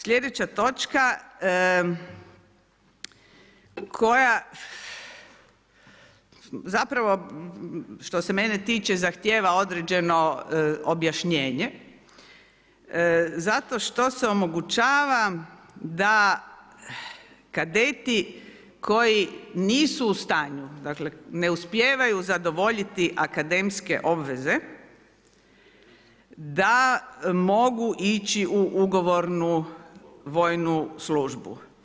Sljedeća točka koja zapravo što se mene tiče zahtijeva određeno objašnjenje zato što se omogućava da kadeti koji nisu u stanju dakle ne uspijevaju zadovoljiti akademske obveze da mogu ići u ugovornu vojnu službu.